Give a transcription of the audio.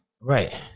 right